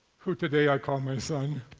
who today i call my son.